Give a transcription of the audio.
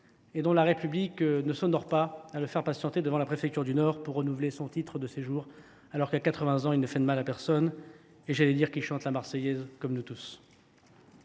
La République ne s’honore pas à le faire patienter devant la préfecture du Nord pour renouveler son titre de séjour alors que, à 80 ans, il ne fait de mal à personne et, pour ainsi dire, chante comme nous tous.